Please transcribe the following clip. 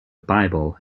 bible